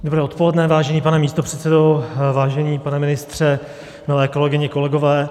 Dobré odpoledne, vážený pane místopředsedo, vážený pane ministře, milé kolegyně, kolegové.